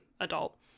adult